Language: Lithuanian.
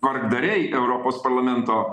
tvarkdariai europos parlamento